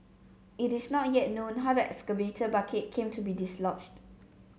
it is not yet known how the excavator bucket came to be dislodged